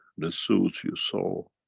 the suits you saw,